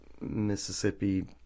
Mississippi